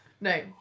No